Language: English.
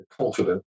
confident